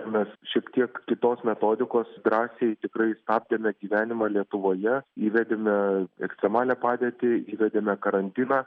mes šiek tiek kitos metodikos drąsiai tikrai apėmė gyvenimą lietuvoje įvedėme ekstremalią padėtį įvedėme karantiną